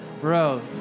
Bro